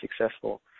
successful